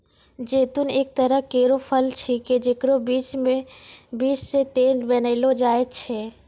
जैतून एक तरह केरो फल छिकै जेकरो बीज सें तेल बनैलो जाय छै